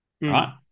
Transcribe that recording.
Right